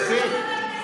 מספיק.